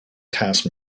cast